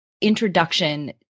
introduction